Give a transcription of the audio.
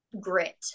grit